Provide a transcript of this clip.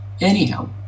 anyhow